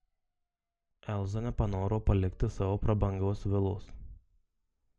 elza nepanoro palikti savo prabangios vilos